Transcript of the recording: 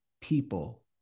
people